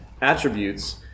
attributes